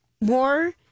more